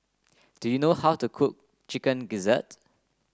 do you know how to cook Chicken Gizzard